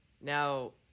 Now